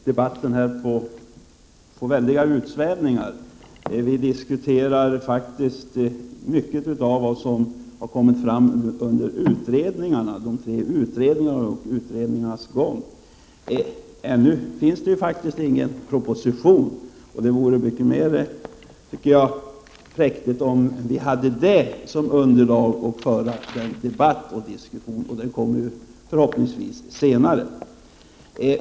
Herr talman! Det börjar bli väldiga utsvävningar i dagens debatt. Vi diskuterar faktiskt mycket av det som har kommit fram under de tre utredningarnas gång. Men ännu finns det faktiskt ingen proposition. Det vore mycket präktigare om vi hade en sådan som underlag för debatten. Men den kommer förhoppningsvis senare.